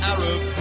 Arab